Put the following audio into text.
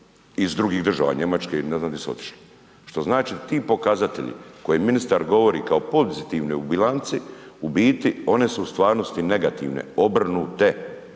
iz drugih država, Njemačke i ne znam di su otišli, što znači ti pokazatelji koje ministar govori kao pozitivne u bilanci u biti one su u stvarnosti negativne, obrnute